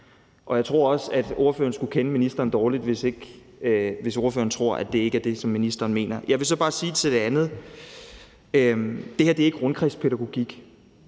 Jeg tror også, ordføreren skulle kende ministeren dårligt, hvis ordføreren tror, at det ikke er det, som ministeren mener. Jeg vil så bare sige til det andet, at det her ikke er rundkredspædagogik.